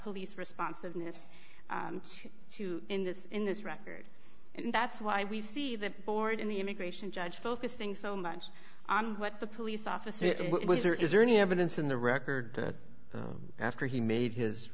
police responsiveness to in this in this record and that's why we see the board in the immigration judge focusing so much on what the police officer there is there any evidence in the record after he made his